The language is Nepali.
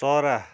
चरा